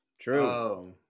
True